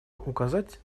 указать